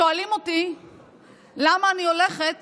שואלים אותי למה אני הולכת